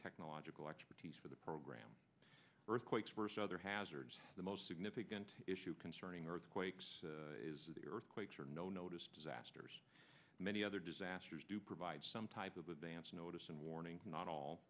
technological expertise for the program earthquakes first other hazards the most significant issue concerning earthquakes the earthquakes or no notice disasters many other disasters do provide some type of advance notice and warning not all